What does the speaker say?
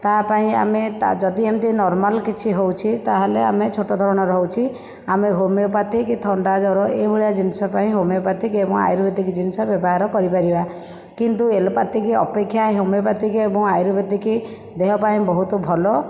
ତା ପାଇଁ ଆମେ ତା ଯଦି ଏମିତି ନର୍ମାଲ କିଛି ହେଉଛି ତାହେଲେ ଆମେ ଛୋଟ ଧରଣର ହେଉଛି ଆମେ ହୋମିଓପାତିକ ଥଣ୍ଡା ଜ୍ବର ଏଇଭଳିଆ ଜିନିଷ ପାଇଁ ହୋମିଓପାତିକ ଏବଂ ଆୟୁର୍ବେଦିକ ଜିନିଷ ବ୍ୟବହାର କରିପାରିବା କିନ୍ତୁ ଏଲପାତିକ ଅପେକ୍ଷା ହେମିଓପାତିକ ଏବଂ ଆୟୁର୍ବେଦିିକ ଦେହ ପାଇଁ ବହୁତ ଭଲ